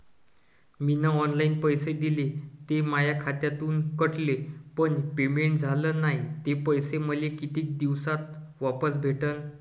मीन online पैसे दिले, ते माया खात्यातून कटले, पण पेमेंट झाल नायं, ते पैसे मले कितीक दिवसात वापस भेटन?